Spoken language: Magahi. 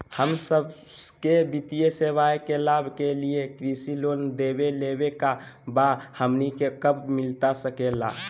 हम सबके वित्तीय सेवाएं के लाभ के लिए कृषि लोन देवे लेवे का बा, हमनी के कब मिलता सके ला?